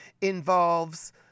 involves